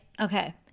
Okay